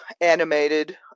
animated